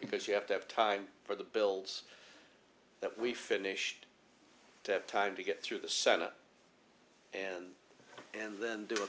because you have to have time for the bills that we finished to have time to get through the senate and and then do a